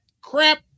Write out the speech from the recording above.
crap